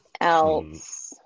else